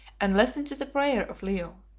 and listened to the prayer of leo,